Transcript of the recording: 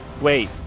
wait